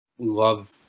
Love